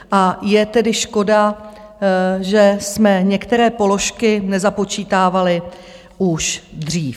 A je tedy škoda, že jsme některé položky nezapočítávali už dřív.